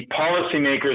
policymakers